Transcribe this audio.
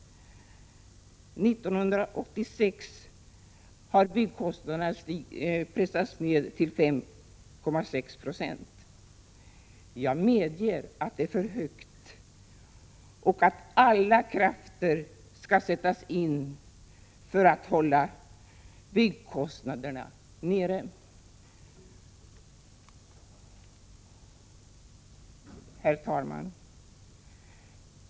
1986 hade byggkostnaderna pressats ner till 5,6 96. Jag medger att det är för mycket. Alla krafter skall sättas in för att hålla byggkostnaderna nere. Herr talman!